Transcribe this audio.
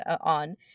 on